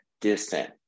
distant